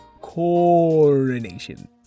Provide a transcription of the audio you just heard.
Coronation